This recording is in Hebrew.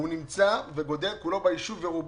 רובו,